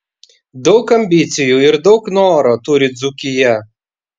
daug ambicijų ir daug noro turi dzūkija